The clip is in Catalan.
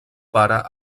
pare